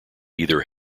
either